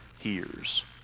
hears